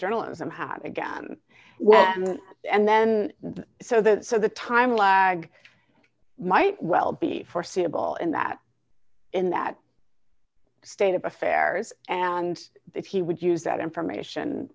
journalism have again and then so that so the time lag might well be foreseeable in that in that state of affairs and that he would use that information